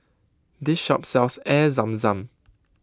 this shop sells Air Zam Zam